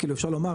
כאילו אפשר לומר,